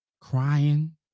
crying